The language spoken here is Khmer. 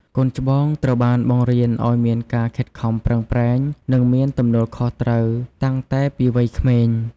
កូនច្បងត្រូវបានបង្រៀនឲ្យមានការខិតខំប្រឹងប្រែង និងមានទំនួលខុសត្រូវតាំងតែពីវ័យក្មេង។